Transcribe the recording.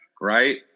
right